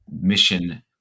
mission